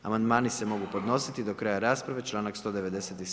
Amandmani se mogu podnositi do kraja rasprave, članak 197.